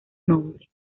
nombre